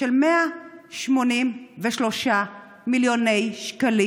של 183 מיליוני שקלים.